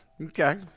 Okay